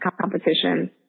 competition